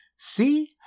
See